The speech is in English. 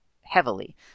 heavily